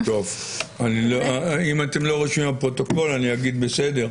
אם אתם לא רושמים בפרוטוקול, אני אגיד בסדר,